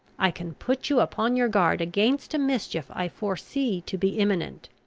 i can put you upon your guard against a mischief i foresee to be imminent.